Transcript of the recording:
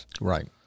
Right